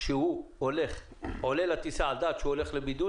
שהוא עולה לטיסה והולך לבידוד